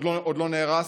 עוד לא נהרס,